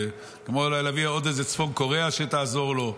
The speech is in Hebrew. כמו אולי להביא עוד איזה צפון קוריאה שתעזור לו,